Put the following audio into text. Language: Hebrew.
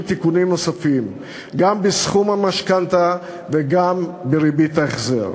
תיקונים נוספים גם בסכום המשכנתה וגם בריבית ההחזר.